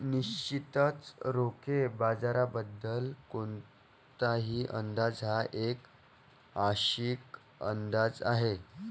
निश्चितच रोखे बाजाराबद्दल कोणताही अंदाज हा एक आंशिक अंदाज आहे